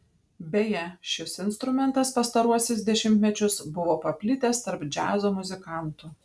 beje šis instrumentas pastaruosius dešimtmečius buvo paplitęs tarp džiazo muzikantų